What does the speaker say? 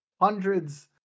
hundreds